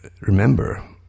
remember